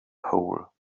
hole